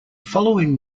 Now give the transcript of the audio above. following